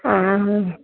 ആ ആ